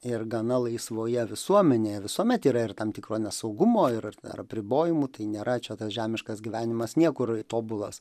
ir gana laisvoje visuomenėje visuomet yra ir tam tikro nesaugumo ir ar apribojimų tai nėra čia tas žemiškas gyvenimas niekur tobulas